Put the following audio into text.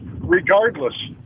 regardless